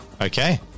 Okay